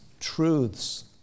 truths